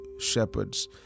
shepherds